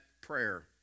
prayer